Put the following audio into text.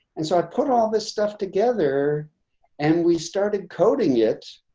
and so i put all this stuff together and we started cutting yet,